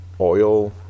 oil